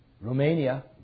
Romania